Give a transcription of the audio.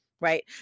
right